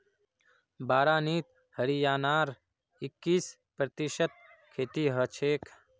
बारानीत हरियाणार इक्कीस प्रतिशत खेती हछेक